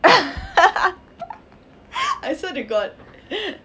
I saw the god